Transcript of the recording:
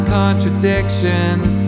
contradictions